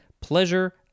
pleasure